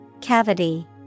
cavity